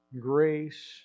Grace